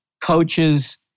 coaches